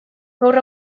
gaur